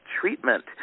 treatment